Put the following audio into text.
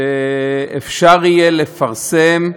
שאפשר יהיה לפרסם,